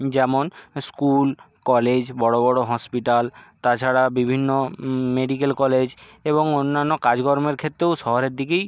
যেমন school college বড়ো বড়ো হসপিটাল তাছাড়া বিভিন্ন মেডিকেল কলেজ এবং অন্যান্য কাজকর্মের ক্ষেত্রেও শহরের দিকেই